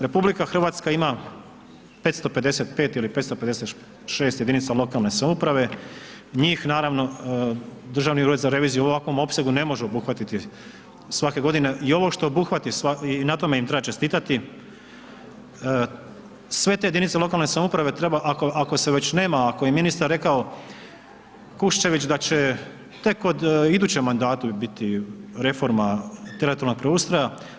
RH ima 555 ili 556 jedinica lokalne samouprave, njih naravno, Državni ured za reviziju u ovakvom opsegu ne može obuhvatiti svake godine i ovo što obuhvati i na tome im treba čestitati, sve te jedinice lokalne samouprave treba, ako se već nema, ako je ministar rekao Kuščević da će tek od idućem mandatu biti reforma teritorijalnog preustroja.